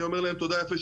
אני אומר להם תודה יפה,